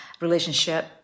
relationship